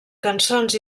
cançons